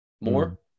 more